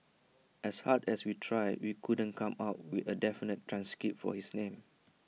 as hard as we tried we couldn't come up with A definitive transcript for his name